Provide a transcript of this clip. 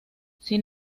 sin